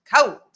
Cold